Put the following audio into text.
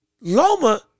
Loma